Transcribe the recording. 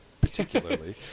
particularly